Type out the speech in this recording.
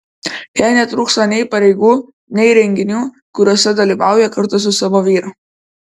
jai netrūksta nei pareigų nei renginių kuriuose dalyvauja kartu su savo vyru